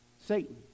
Satan